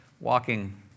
walking